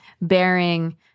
bearing